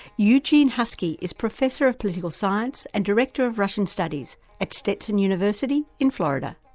eugene huskey is professor of political science and director of russian studies at stetson university in florida.